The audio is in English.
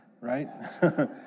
right